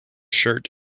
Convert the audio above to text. shirt